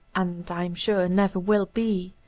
and, i am sure, never will be.